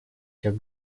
всех